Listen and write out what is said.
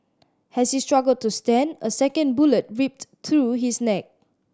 as he struggled to stand a second bullet ripped through his neck